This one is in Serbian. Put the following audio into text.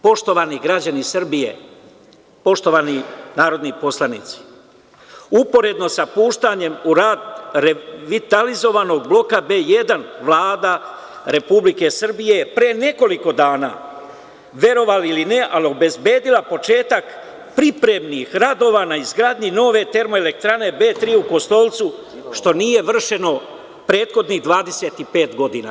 Poštovani građani Srbije, poštovani narodni poslanici, uporedno sa puštanjem u rad vitalizovanog Bloka B1, Vlada Republike Srbije pre nekoliko dana, verovali ili ne, obezbedila je početak pripremnih radova na izgradnji nove termoelektrane B3 u Kostolcu, što nije vršeno prethodnih 25 godina.